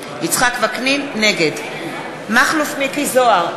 וקנין, נגד מכלוף מיקי זוהר,